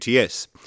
UTS